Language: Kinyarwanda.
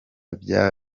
bya